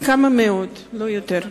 כמה מאות, לא יותר.